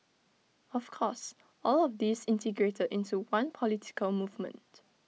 of course all of these integrated into one political movement